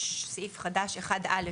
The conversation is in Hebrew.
לסעיף חדש 4(א)(1)(1א),